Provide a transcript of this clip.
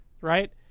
right